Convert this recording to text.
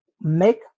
make